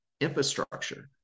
infrastructure